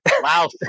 Wow